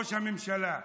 ראש הממשלה,